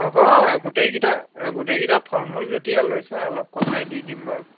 হ'ব গোটেইকেইটা গোটেইকেইটা ফল মূল যেতিয়া লৈছা অলপ কমাই দি দিম বাৰু